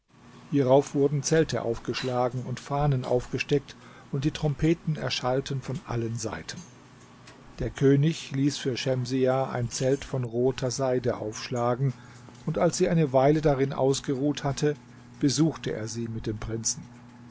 hierauf wurden zelte aufgeschlagen und fahnen aufgesteckt und die trompeten erschallten von allen seiten der könig ließ für schemsiah ein zelt von roter seide aufschlagen und als sie eine weile darin ausgeruht hatte besuchte er sie mit dem prinzen